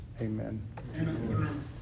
Amen